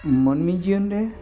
ᱢᱟᱹᱱᱢᱤ ᱡᱤᱭᱚᱱ ᱨᱮ